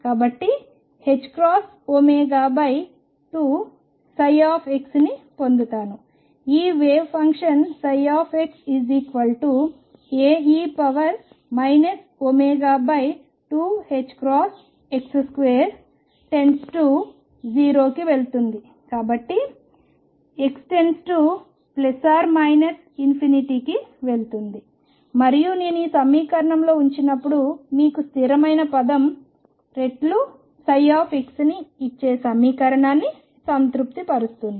కాబట్టి ℏω2x ని పొందుతాను ఈ వేవ్ ఫంక్షన్ xAe mω2ℏx2 → 0కి వెళుతుంది కాబట్టి x → కి వెళుతుంది మరియు నేను ఈ సమీకరణంలో ఉంచినప్పుడు మీకు స్థిరమైన పదం రెట్లు x ని ఇచ్చే సమీకరణాన్ని సంతృప్తిపరుస్తుంది